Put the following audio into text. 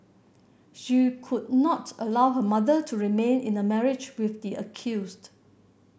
she could not allow her mother to remain in a marriage with the accused